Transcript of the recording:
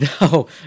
No